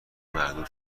مردود